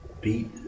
beat